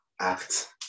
act